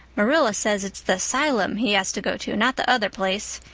marilla says its the silem he has to go to not the other place.